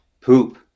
poop